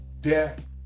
death